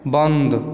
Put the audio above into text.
बन्द